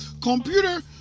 computer